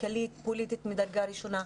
כלכלית ופוליטית מדרגה ראשונה.